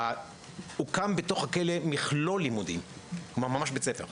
הוקם בתוך הכלא מכלול לימודים, כלומר ממש בית-ספר.